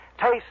Taste